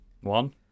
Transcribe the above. One